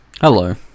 Hello